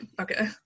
Okay